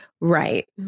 right